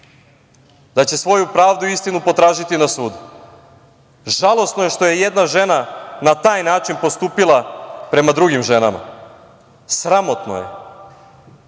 da će svoju pravdu i istinu potražiti na sudu. Žalosno je što je jedna žena na taj način postupila prema drugim ženama. Sramotno je. To